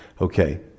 Okay